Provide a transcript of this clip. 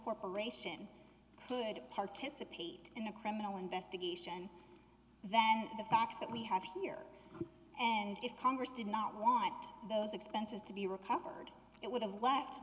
corporation heard it participate in a criminal investigation that the facts that we have here and if congress did not want those expenses to be recovered it would have la